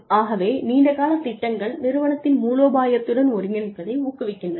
ஆகவே நீண்ட கால திட்டங்கள் நிறுவனத்தின் மூலோபாயத்துடன் ஒருங்கிணைப்பதை ஊக்குவிக்கின்றன